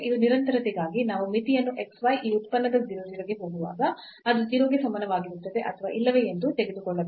ಈಗ ನಿರಂತರತೆಗಾಗಿ ನಾವು ಮಿತಿಯನ್ನು x y ಈ ಉತ್ಪನ್ನದ 0 0 ಗೆ ಹೋಗುವಾಗ ಅದು 0 ಕ್ಕೆ ಸಮಾನವಾಗಿರುತ್ತದೆ ಅಥವಾ ಇಲ್ಲವೇ ಎಂದು ತೆಗೆದುಕೊಳ್ಳಬೇಕು